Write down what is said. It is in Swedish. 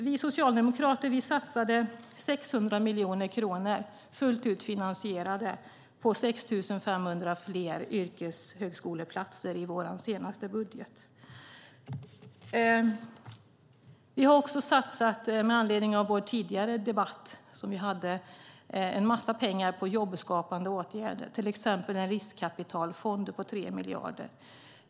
Vi socialdemokrater satsade 600 miljoner kronor, fullt ut finansierade, på 6 500 fler yrkeshögskoleplatser i vår senaste budget. Med anledning av den tidigare debatten vill jag också säga att vi satsade en massa pengar på jobbskapande åtgärder, till exempel en riskkapitalfond på 3 miljarder.